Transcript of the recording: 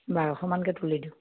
বাৰশ মানকে তুলি দিওঁ